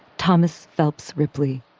thomas phelps' ripley.